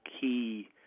key